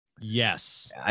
Yes